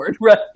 right